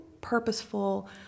purposeful